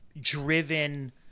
driven